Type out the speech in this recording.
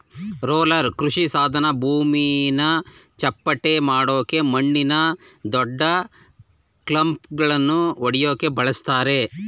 roller ಕೃಷಿಸಾಧನ ಭೂಮಿನ ಚಪ್ಪಟೆಮಾಡಕೆ ಮಣ್ಣಿನ ದೊಡ್ಡಕ್ಲಂಪ್ಗಳನ್ನ ಒಡ್ಯಕೆ ಬಳುಸ್ತರೆ